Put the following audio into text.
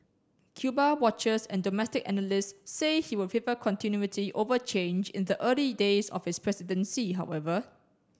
Cuba watchers and domestic analysts say he will favor continuity over change in the early days of his presidency however